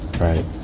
Right